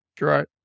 Right